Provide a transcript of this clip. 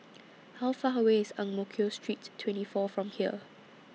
How Far away IS Ang Mo Kio Street twenty four from here